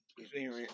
experience